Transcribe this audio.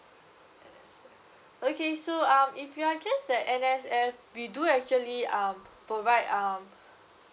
N_S_F okay so um if you are just the N_S_F we do actually um provide um